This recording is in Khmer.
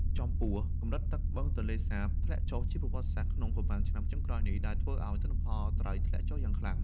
ចំពោះ កម្រិតទឹកបឹងទន្លេសាបធ្លាក់ចុះជាប្រវត្តិសាស្ត្រក្នុងប៉ុន្មានឆ្នាំចុងក្រោយនេះ ដែលធ្វើឱ្យទិន្នផលត្រីធ្លាក់ចុះយ៉ាងខ្លាំង។